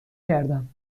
کردم